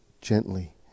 gently